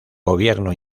gobierno